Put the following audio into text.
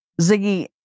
Ziggy